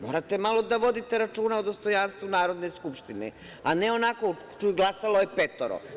Morate malo da vodite računa o dostojanstvu Narodne skupštine, a ne onako – glasalo je petoro.